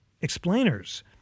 explainers—